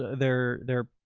they're there.